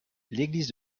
l’église